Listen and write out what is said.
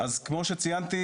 אז כמו שציינתי,